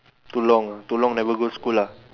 too long ah too long never go school lah